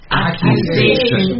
accusation